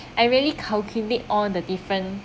I really calculate all the different